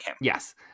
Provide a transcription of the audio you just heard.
Yes